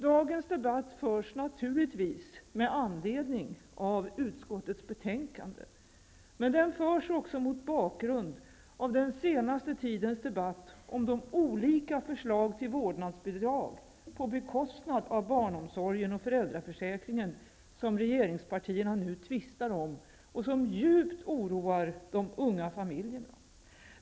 Dagens debatt förs naturligtvis med anledning av utskottets betänkande, men den förs också mot bakgrund av den senaste tidens debatt om de olika förslag till vårdnadsbidrag på bekostnad av barnomsorgen och föräldraförsäkringen som regeringspartierna nu tvistar om och som djupt oroar de unga familjerna.